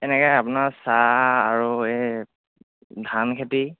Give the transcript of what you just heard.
এনেকৈ আপোনাৰ চাহ আৰু এই ধান খেতি